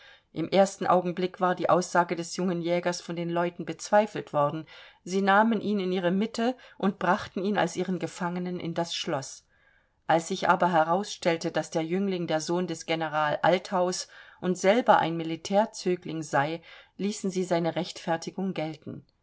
im ersten augenblick war die aussage des jungen jägers von den leuten bezweifelt worden sie nahmen ihn in ihre mitte und brachten ihn als ihren gefangenen in das schloß als sich aber herausstellte daß der jüngling der sohn des general althaus und selber ein militärzögling sei ließen sie seine rechtfertigung gelten